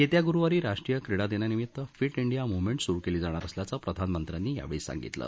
येत्या गुरुवारी राष्ट्रीय क्रीडा दिनानिमित्त फिट इंडिया मूव्हमेंट सुरू केली जाणार असल्याचं प्रधानमंत्र्यांनी यावेळी सांगितलं